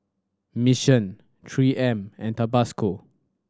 Mission Three M and Tabasco